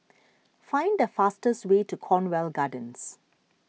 find the fastest way to Cornwall Gardens